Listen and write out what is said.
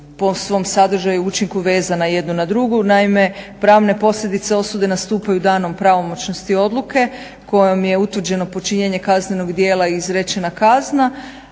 po svom sadržaju i učinku vezana jednu na drugu. Naime, pravne posljedice osude nastupaju danom pravomoćnosti odluke kojom je utvrđeno počinjenje kaznenog djela i izrečena kazna.